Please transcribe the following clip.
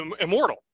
Immortal